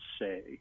say